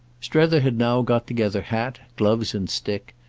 strether had now got together hat, gloves and stick,